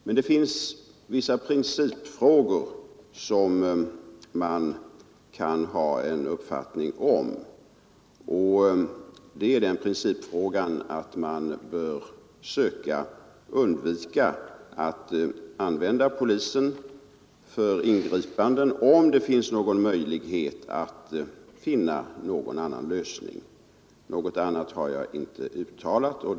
Men det finns vissa principfrågor som man kan ha en uppfattning om, och här gäller det principfrågan att man bör söka undvika att använda polisen för ingripanden, om det finns möjlighet att hitta en annan lösning. Något annat har jag inte uttalat.